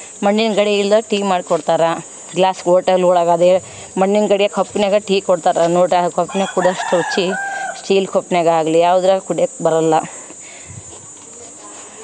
ಮಣ್ಣಿನ ಗಡಿಗೆಲ್ ಟೀ ಮಾಡ್ಕೊಡ್ತಾರೆ ಗ್ಲಾಸ್ ಓಟೆಲ್ ಒಳಗೆ ಅದೇ ಮಣ್ಣಿನ ಗಡಿಗೆಯಾಗ್ ಕಪ್ನ್ಯಾಗ ಟೀ ಕೊಡ್ತಾರೆ ನೋಡಿ ಆ ಕಪ್ನ್ಯಾಗೆ ಕುಡ್ಯೋಷ್ಟ್ ರುಚಿ ಸ್ಟೀಲ್ ಕಪ್ನ್ಯಾಗೆ ಆಗಲಿ ಯಾವುದ್ರಾಗ್ ಕುಡ್ಯೋಕ್ ಬರೋಲ್ಲ